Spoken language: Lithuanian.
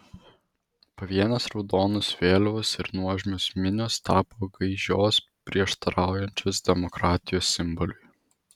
pavienės raudonos vėliavos ir nuožmios minios tapo gaižios prieštaraujančios demokratijos simboliui